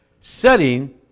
setting